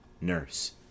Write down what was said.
Nurse